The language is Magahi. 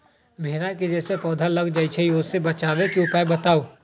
भेरा जे पौधा में लग जाइछई ओ से बचाबे के उपाय बताऊँ?